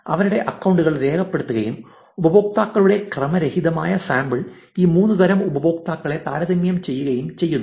അവരുടെ അക്കൌണ്ടുകൾ രേഖപ്പെടുത്തുകയും ഉപയോക്താക്കളുടെ ക്രമരഹിതമായ സാമ്പിൾ ഈ മൂന്ന് തരം ഉപയോക്താക്കളെ താരതമ്യം ചെയ്യുകയും ചെയ്യുന്നു